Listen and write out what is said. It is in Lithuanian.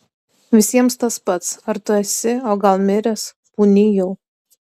visiems tas pats ar tu esi o gal miręs pūni jau